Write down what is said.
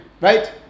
right